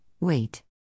Wait